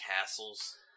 castles